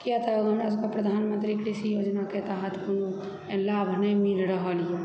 किआतऽ हमरा सभकेँ प्रधानमन्त्री कृषि योजनाके तहत कोनो लाभ नहि मिल रहलए